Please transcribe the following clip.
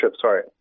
sorry